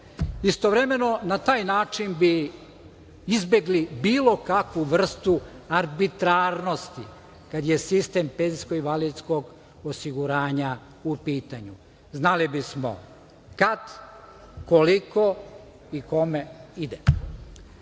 garanta. Istovremeno na taj način bi izbegli bilo kakvu vrstu arbitrarnosti kada je sistem penzijsko invalidskog osiguranja u pitanju. Znali bi smo kad, koliko i kome